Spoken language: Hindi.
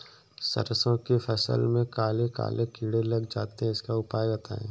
सरसो की फसल में काले काले कीड़े लग जाते इसका उपाय बताएं?